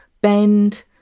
bend